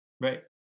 Right